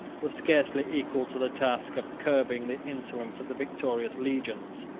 were scarcely equal to the task of curbing the insolence of the victorious legions.